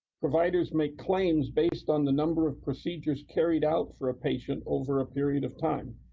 providers make claims based on the number of procedures carried out for a patient over a period of time.